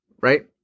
Right